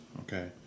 okay